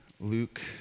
Luke